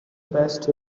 best